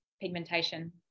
pigmentation